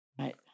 Right